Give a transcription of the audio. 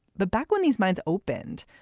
but back when these mines opened,